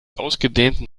ausgedehnten